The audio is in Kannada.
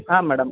ಹಾಂ ಮೇಡಮ್